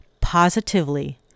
positively